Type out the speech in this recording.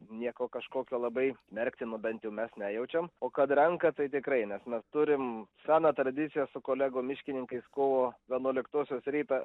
nieko kažkokio labai smerktino bent jau mes nejaučiam o kad renka tai tikrai nes mes turim seną tradiciją su kolegom miškininkais kovo vienuoliktosios rytą